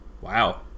Wow